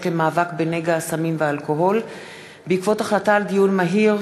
למאבק בנגעי הסמים והאלכוהול בעקבת דיון מהיר